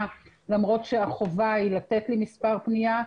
למרות שהחובה היא לתת לי מספר פנייה.